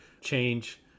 change